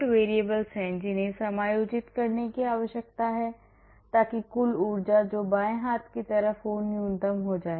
हमारे पास 3 independent variables हैं जिन्हें समायोजित करने की आवश्यकता है ताकि कुल ऊर्जा जो बाएं हाथ की तरफ हो न्यूनतम हो जाए